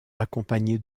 accompagné